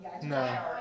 No